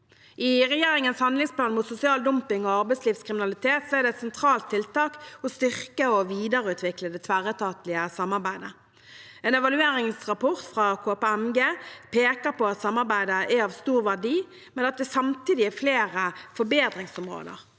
I regjeringens handlingsplan mot sosial dumping og arbeidslivskriminalitet er det et sentralt tiltak å styrke og videreutvikle det tverretatlige samarbeidet. En evalueringsrapport fra KPMG peker på at samarbeidet er av stor verdi, men at det samtidig er flere forbedringsområder.